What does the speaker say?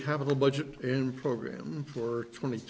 capital budget and program or twenty